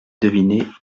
deviner